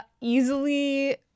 easily